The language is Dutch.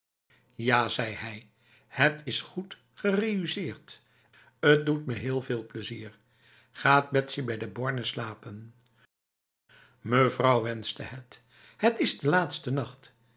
ja zei hij het is goed gereüsseerd t doet me heel veel plezier gaat betsy bij de bornes slapen mevrouw wenste het het is de laatste nacht